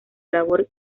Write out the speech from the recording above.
labor